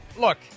look